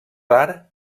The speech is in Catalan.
rar